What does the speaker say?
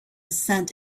cent